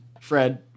Fred